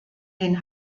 den